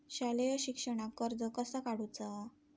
शालेय शिक्षणाक कर्ज कसा काढूचा?